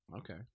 Okay